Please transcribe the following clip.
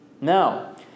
Now